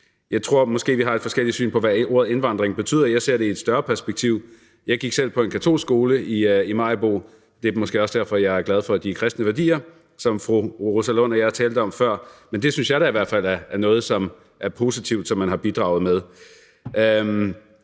Jeg tror måske, at vi har et forskelligt syn på, hvad ordet indvandring betyder. Jeg ser det i et større perspektiv. Jeg gik selv på en katolsk skole i Maribo, og det er måske også derfor, at jeg er glad for de kristne værdier, som fru Rosa Lund og jeg talte om før. Men det synes jeg i hvert fald er noget, der er positivt, som man har bidraget med.